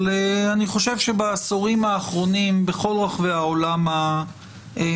אבל אני חושב שבעשורים האחרונים בכל רחבי העולם המתקדם,